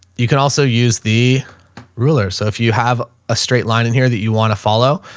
you can also use the ruler. so if you have a straight line in here that you want to follow,